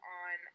on